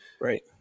Right